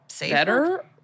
Better